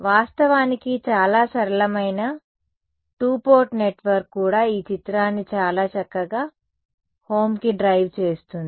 వాస్తవానికి చాలా సరళమైన టూ పోర్ట్ నెట్వర్క్ కూడా ఈ చిత్రాన్ని చాలా చక్కగా హోమ్ కి డ్రైవ్ చేస్తుంది